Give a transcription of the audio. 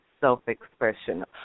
self-expression